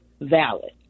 valid